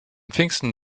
pfingsten